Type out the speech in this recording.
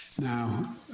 Now